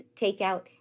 takeout